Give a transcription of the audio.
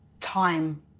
time